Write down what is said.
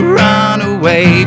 runaway